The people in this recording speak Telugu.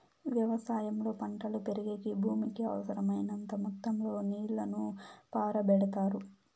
వ్యవసాయంలో పంటలు పెరిగేకి భూమికి అవసరమైనంత మొత్తం లో నీళ్ళను పారబెడతారు